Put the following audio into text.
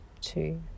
two